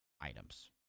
items